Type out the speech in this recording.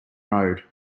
road